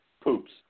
poops